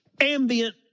ambient